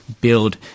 build